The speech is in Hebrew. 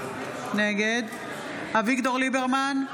נגד אביגדור ליברמן,